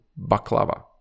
baklava